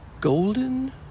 Golden